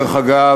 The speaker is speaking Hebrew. דרך אגב,